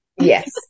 Yes